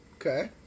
Okay